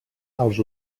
els